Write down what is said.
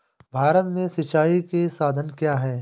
भारत में सिंचाई के साधन क्या है?